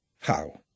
How